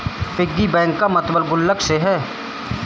piggy bank का मतलब गुल्लक से है